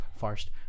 First